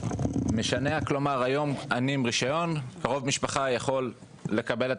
כלומר, שניתן להסמיך קרוב משפחה לקבל.